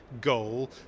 goal